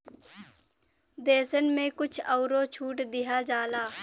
देसन मे कुछ अउरो छूट दिया जाला